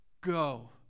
Go